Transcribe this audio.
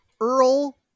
Earl